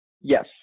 Yes